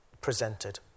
presented